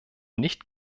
nicht